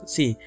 See